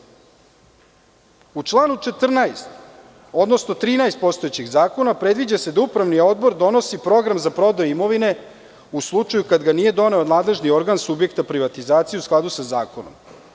U članu 13. postojećeg zakona predviđa se da Upravni odbor donosi program za prodaju imovine u slučaju kada ga nije doneo nadležni organ subjekta privatizacije u skladu sa zakonom.